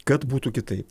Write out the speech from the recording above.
kad būtų kitaip